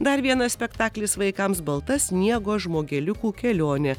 dar vienas spektaklis vaikams balta sniego žmogeliukų kelionė